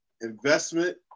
Investment